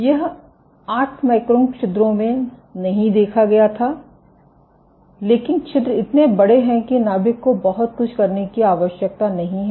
यह 8 माइक्रोन छिद्रों में नहीं देखा गया था लेकिन छिद्र इतने बड़े हैं कि नाभिक को बहुत कुछ करने की आवश्यकता नहीं है